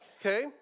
okay